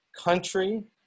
country